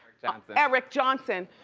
johnson. eric johnson,